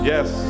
Yes